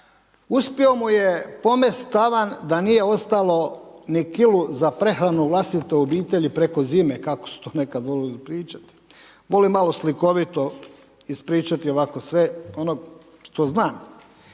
Uspio mu je pomest tavan da nije ostalo ni kilu za prehranu vlastite obitelji preko zime, kako su to nekad voljeli pričati. Volim malo slikovito ispričati ovako sve ono što znam.